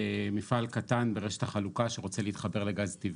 מפעל קטן בראשית החלוקה שרוצה להתחבר לגז טבעי.